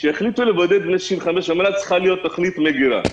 כשיחליטו לבודד בני 65 ומעלה למדינה צריכה להיות תוכנית מגירה.